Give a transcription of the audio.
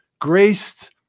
graced